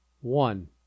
one